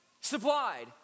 supplied